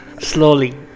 slowly